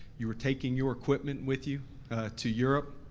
you were taking your equipment with you to europe.